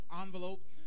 envelope